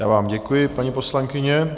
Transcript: Já vám děkuji, paní poslankyně.